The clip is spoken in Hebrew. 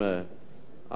תודה רבה,